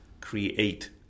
create